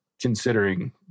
considering